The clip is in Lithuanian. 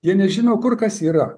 jie nežino kur kas yra